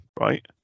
right